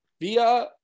via